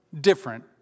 Different